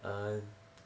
um